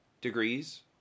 degrees